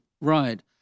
right